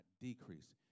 decrease